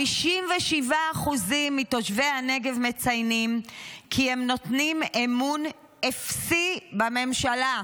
57% מתושבי הנגב מציינים כי הם נותנים אמון אפסי בממשלה.